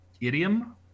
idiom